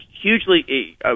hugely